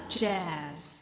jazz